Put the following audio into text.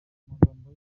magambo